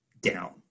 Down